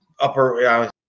upper